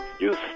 use